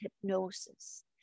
hypnosis